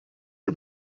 are